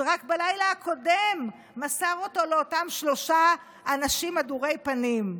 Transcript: שרק בלילה הקודם מסר אותו לאותם שלושה אנשים הדורי פנים.